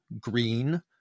green